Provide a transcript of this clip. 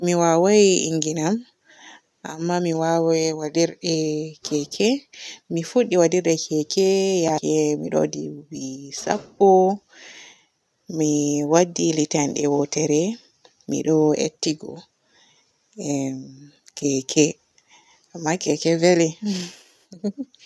Mi waway inngina amma mi waway wadirde keke. Mi fuɗɗi wadirda keke yaake mi ɗo duubi sappo. Mi waddi litande wootere, mi ɗo ettigo emm keke. Amma keke veli.